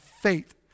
faith